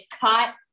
cut